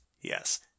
Yes